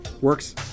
works